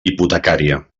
hipotecària